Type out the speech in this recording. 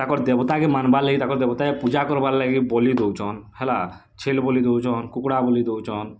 ତାକର୍ ଦେବତାକେ ମାନବାର୍ ଲାଗି ତାକର୍ ଦେବତାକେ ପୂଜା କରବାର୍ ଲାଗି ବଲି ଦଉଛନ୍ ହେଲା ଛେଲ୍ ବଲି ଦଉଛନ୍ କୁକୁଡ଼ା ବଲି ଦଉଛନ୍